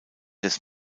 des